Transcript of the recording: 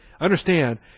Understand